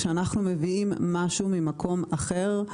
כשאנחנו מביאים משהו ממקום אחר,